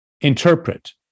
interpret